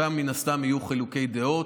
ושם, מן הסתם, יהיו חילוקי דעות.